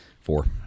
Four